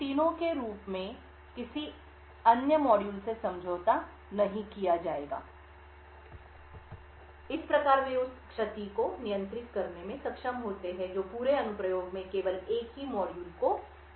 इन तीनों के रूप में किसी अन्य मॉड्यूल से समझौता नहीं किया जाएगा इस प्रकार वे उस क्षति को नियंत्रित करने में सक्षम होते हैं जो पूरे अनुप्रयोग में केवल एक ही मॉड्यूल को किया जाता है